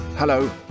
Hello